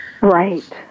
Right